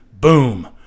Boom